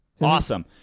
Awesome